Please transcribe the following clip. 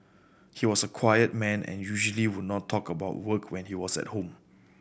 he was a quiet man and usually would not talk about work when he was at home